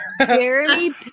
Jeremy